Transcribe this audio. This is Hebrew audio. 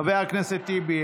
חבר הכנסת טיבי,